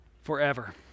forever